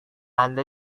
anda